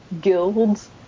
guilds